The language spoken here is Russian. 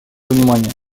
внимания